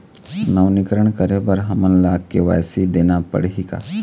नवीनीकरण करे बर हमन ला के.वाई.सी देना पड़ही का?